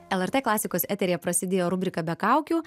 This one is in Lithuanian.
lrt klasikos eteryje prasidėjo rubrika be kaukių